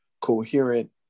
coherent